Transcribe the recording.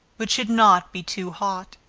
which should not be too hot.